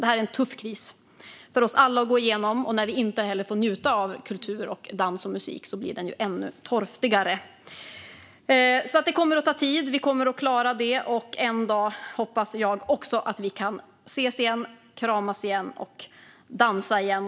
Det här är en tuff kris för oss alla att gå igenom, och när vi inte får njuta av kultur som dans och musik blir den ännu tuffare och torftigare. Det kommer att ta tid, men vi kommer att klara det. En dag hoppas jag att vi kan ses igen, kramas igen och dansa igen.